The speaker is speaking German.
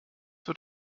wird